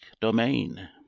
domain